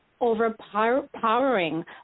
overpowering